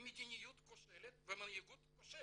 עם מדיניות כושלת ומנהיגות כושלת.